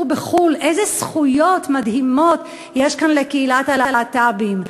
בחו"ל איזה זכויות מדהימות יש כאן לקהילת הלהט"בים.